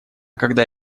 когда